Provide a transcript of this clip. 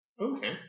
Okay